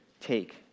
take